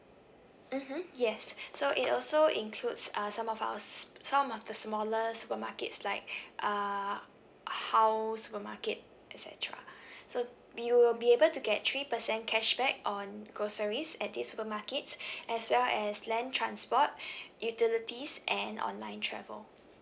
mmhmm yes so it also includes uh some of our s~ some of the smaller supermarkets like uh hao supermarket et cetera so you will be able to get three percent cashback on groceries at these supermarkets as well as land transport utilities and online travel